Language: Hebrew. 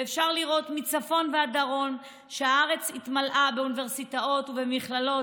ואפשר לראות מצפון ועד דרום שהארץ התמלאה באוניברסיטאות ובמכללות.